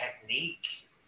technique